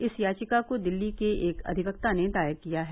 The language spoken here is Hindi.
इस याचिका को दिल्ली के एक अधिवक्ता ने दायर किया है